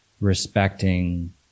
respecting